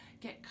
get